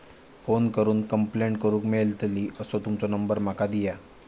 Phone करून complaint करूक मेलतली असो तुमचो नंबर माका दिया?